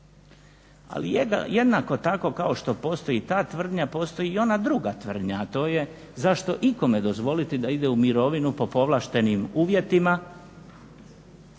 Ali jednako tako kao što postoji ta tvrdnja postoji i ona druga tvrdnja, a to je zašto ikome dozvoliti da ide u mirovinu po povlaštenim uvjetima